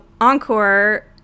Encore